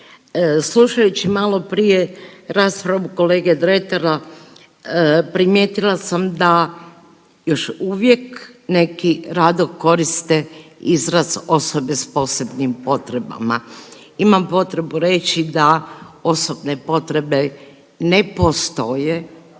Slušajući maloprije raspravu kolege Dretara, primijetila sam da još uvijek neki rado koriste izraz osobe s posebnim potrebama. Imam potrebu reći da osobne potrebe ne postoje,